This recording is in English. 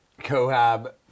Cohab